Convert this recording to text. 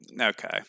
Okay